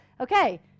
Okay